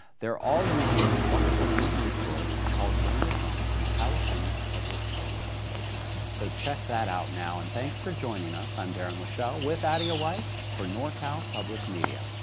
they're all using this wonderful new resource called learn at home from california's public television stations. so check that out now and thanks for joining us. i'm darren lashelle with addia white for nor cal public media.